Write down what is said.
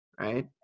Right